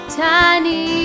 tiny